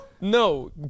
No